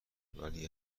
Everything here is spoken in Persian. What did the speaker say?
ولی